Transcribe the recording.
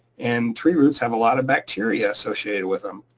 and tree roots have a lot of bacteria associated with them,